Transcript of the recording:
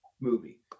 movie